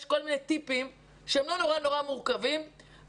יש כל מיני טיפים שהם לא נורא מורכבים אבל